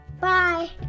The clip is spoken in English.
Bye